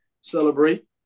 celebrate